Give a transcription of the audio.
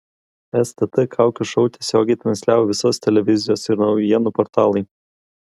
stt kaukių šou tiesiogiai transliavo visos televizijos ir naujienų portalai